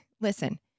listen